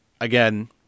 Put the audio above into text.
again